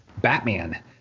Batman